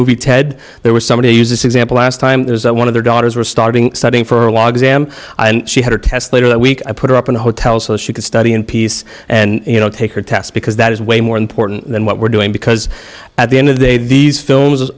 movie ted there was somebody use this example last time there one of their daughters were starting studying for log sam and she had a test later that week i put her up in a hotel so she could study in peace and you know take her test because that is way more important than what we're doing because at the end of the day these films